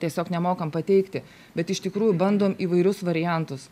tiesiog nemokam pateikti bet iš tikrųjų bandom įvairius variantus